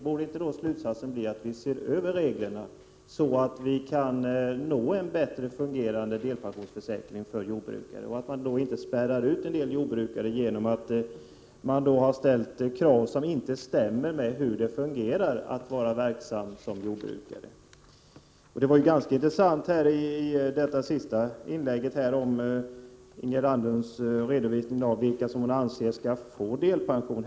Borde inte slutsatsen bli att vi ser över reglerna så att vi kan nå en bättre fungerande delpensionsförsäkring för jordbrukare, som inte spärrar ut en del jordbrukare till följd av att man har ställt krav som inte stämmer med hur det är att vara jordbrukare? Det var ganska intressant att höra Ingegerd Anderlunds redovisning i hennes senaste inlägg om vilka som skall få delpension.